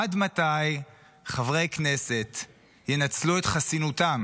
עד מתי חברי כנסת ינצלו את חסינותם